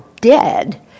dead